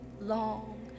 long